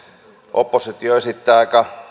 oppositio esittää aika